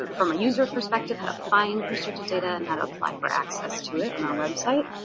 from a user perspective, how to find restricted data and how to apply for access to it on our website.